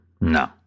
No